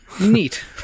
Neat